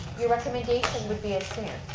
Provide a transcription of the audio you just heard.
your recommendation would be as